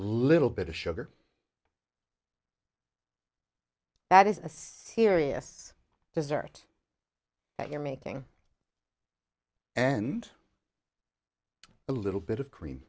little bit of sugar that is a serious dessert that you're making and a little bit of cream